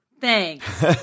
thanks